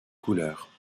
couleur